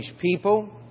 people